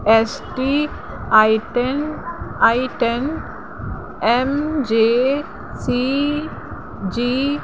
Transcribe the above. S T I ten I ten M J C G